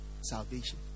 salvation